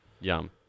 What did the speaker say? Yum